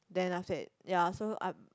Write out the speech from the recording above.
then after that ya so I